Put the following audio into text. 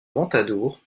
ventadour